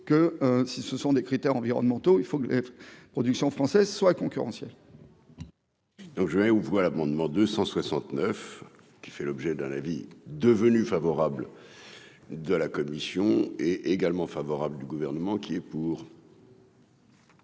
que si ce sont des critères environnementaux, il faut être production française soit concurrentiel. Donc je mets aux voix l'amendement 269 qui fait l'objet d'un avis devenu favorable de la commission est également favorable du gouvernement qui est pour.